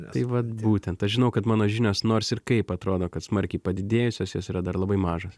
tai vat būtent aš žinau kad mano žinios nors ir kaip atrodo kad smarkiai padidėjusios jos yra dar labai mažos